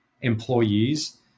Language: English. employees